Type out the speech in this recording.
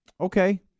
Okay